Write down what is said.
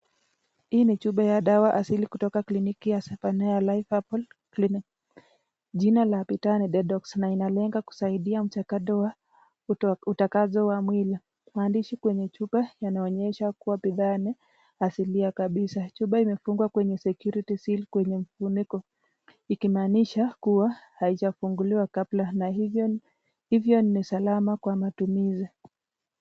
Hii ni chupa ya dawa asili kutoka kliniki ya Zephaniah Herbal Clinic . Jina la bidhaa ni Detox na inalenga kusaidia mchakato wa utakaso wa mwili. Maandishi kwenye chupa yanaonyesha kuwa bidhaa ni asilia kabisa. Chupa imefungwa kwenye security seal kwenye mfuniko, ikimaanisha kuwa haijafunguliwa kabla na hivyo ni salama kwa matumizi.